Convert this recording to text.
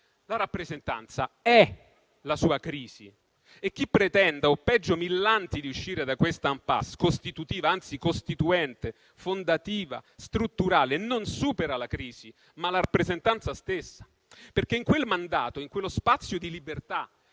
La rappresentanza è la sua crisi e chi pretenda, o peggio millanti di uscire da questa *impasse* costitutiva, anzi costituente, fondativa e strutturale, non supera la crisi, ma la rappresentanza stessa. Perché in quel mandato, in quello spazio di libertà